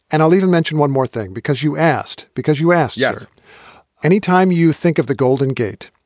and i'll even mention one more thing. because you asked. because you asked. yeah anytime you think of the golden gate,